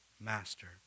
master